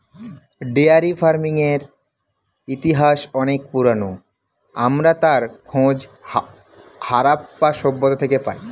dairy ফার্মিংয়ের ইতিহাস অনেক পুরোনো, আমরা তার খোঁজ হারাপ্পা সভ্যতা থেকে পাই